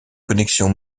connexion